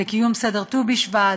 בקיום סדר ט”ו בשבט,